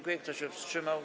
Kto się wstrzymał?